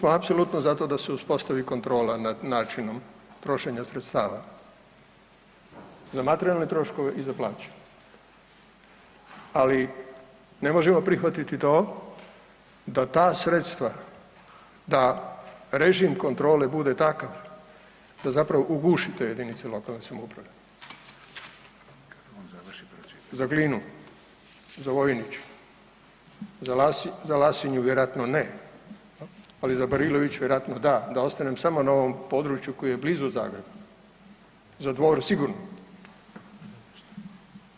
Mi smo apsolutno za to da se uspostavi kontrola nad načinom trošenja sredstava za materijalne troškove i za plaće, ali ne možemo prihvatiti to da ta sredstva, da režim kontrole bude takav da zapravo uguši te jedinice lokalne samouprave, za Glinu, za Vojnić, za Lasinju vjerojatno ne, ali za Barilović vjerojatno da da ostanem samo na ovom području koji je blizu Zagreba, za Dvor sigurno.